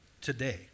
today